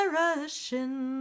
rushing